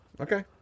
Okay